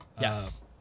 Yes